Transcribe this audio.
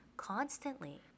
constantly